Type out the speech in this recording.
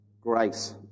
grace